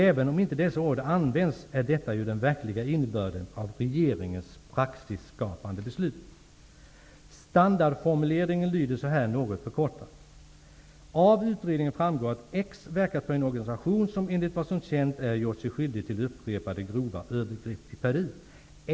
Även om inte dessa ord används, är detta den verkliga innebörden av regeringens praxisskapande beslut. Standardformuleringen lyder något förkortad så här: Av utredningen framgår att X verkat för en organisation som enligt vad som känt är gjort sig skyldig till upprepade grova övergrepp i Peru.